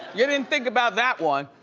you didn't think about that one.